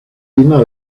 know